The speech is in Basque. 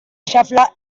xafla